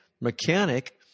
mechanic